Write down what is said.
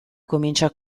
comincia